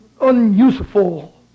unuseful